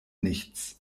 nichts